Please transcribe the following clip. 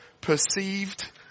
perceived